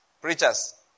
Preachers